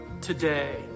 today